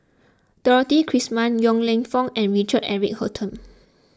Dorothy Krishnan Yong Lew Foong and Richard Eric Holttum